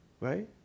right